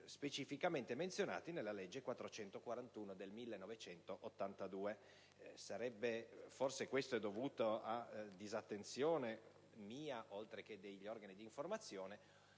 specificamente menzionati nella legge n. 441 del 1982. Forse questo è dovuto ad una mia, oltre che degli organi di informazione,